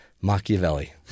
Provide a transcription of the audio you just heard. Machiavelli